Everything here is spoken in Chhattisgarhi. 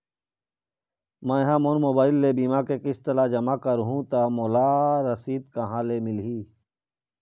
मैं हा मोर मोबाइल ले बीमा के किस्त ला जमा कर हु ता मोला रसीद कहां ले मिल ही?